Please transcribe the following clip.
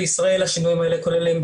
בישראל השינויים האלה כוללים,